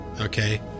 okay